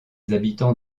habitants